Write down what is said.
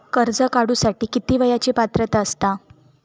कर्ज काढूसाठी किती वयाची पात्रता असता?